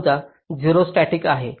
समजा 0 स्टॅटिक आहे